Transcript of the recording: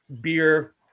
beer